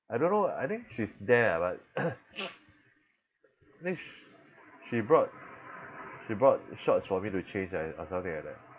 I don't know I think she's there ah but I think sh~ she brought she brought shorts for me to change or something like that